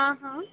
हाँ हाँ